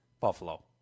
Buffalo